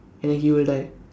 and then he will die